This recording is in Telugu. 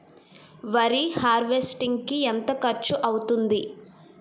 వరి హార్వెస్టింగ్ కి ఎంత ఖర్చు అవుతుంది?